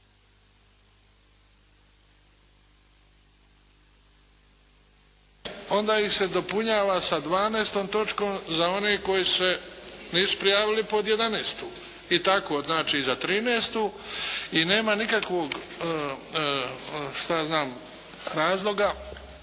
Onda ih se dopunjava sa 12. točkom za one koji se nisu prijavili pod 11. I tako znači za 13. i nema nikakvog šta